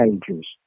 pages